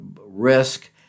risk